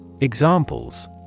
Examples